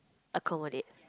accommodate